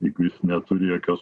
jeigu jis neturi jokios